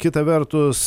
kita vertus